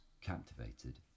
captivated